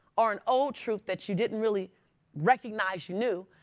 or an old truth that you didn't really recognize you knew,